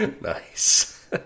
Nice